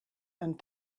and